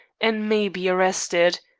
and may be arrested.